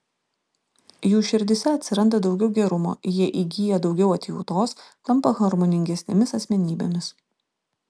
jų širdyse atsiranda daugiau gerumo jie įgyja daugiau atjautos tampa harmoningesnėmis asmenybėmis